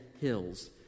hills